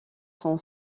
son